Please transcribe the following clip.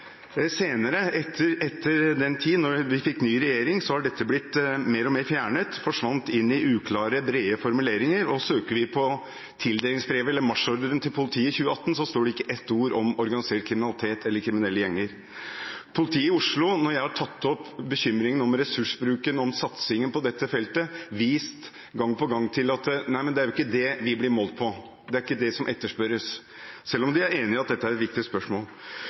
Senere, etter den tid, da vi fikk ny regjering, har dette blitt mer og mer fjernet og forsvant inn i uklare, brede formuleringer. Søker vi på tildelingsbrevet, eller marsjordren, til politiet i 2018, står det ikke ett ord om organisert kriminalitet eller kriminelle gjenger. Politiet i Oslo har, når jeg har tatt opp bekymring om ressursbruken og om satsingen på dette feltet, gang på gang vist til at det ikke er det de blir målt på, det er ikke det som etterspørres, selv om de er enig i at dette er et viktig spørsmål.